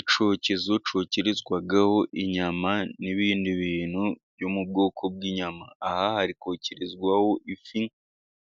Icyokezo cyokerezwaho inyama, n'ibindi bintu byo mu bwoko bw'inyama, aha hari kokerezwaho ifi,